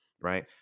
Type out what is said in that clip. right